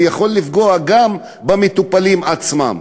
ויכול לפגוע גם במטופלים עצמם.